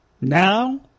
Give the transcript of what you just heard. Now